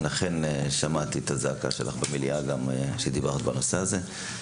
אכן שמעתי את הזעקה שלך במליאה גם כשדיברת בנושא הזה.